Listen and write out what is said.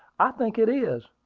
i think it is.